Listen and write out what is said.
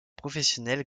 professionnelle